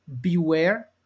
beware